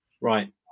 Right